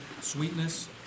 sweetness